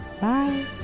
Bye